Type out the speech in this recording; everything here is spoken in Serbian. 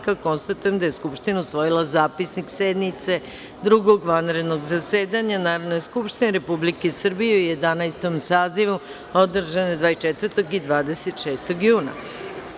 Konstatujem da je Skupština usvojila Zapisnik sednice Drugog vanredovnog zasedanja Narodne skupštine Republike Srbije u Jedanaestom sazivu, održane 24. i 26. juna 2017. godine.